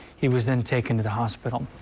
he was then taken to the hospital.